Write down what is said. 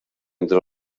entre